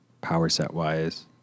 power-set-wise